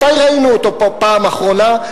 מתי ראינו אותו פה בפעם האחרונה?